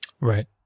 Right